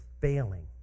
failing